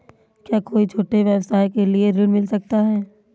क्या कोई छोटे व्यवसाय के लिए ऋण मिल सकता है?